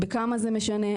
בכמה זה משנה?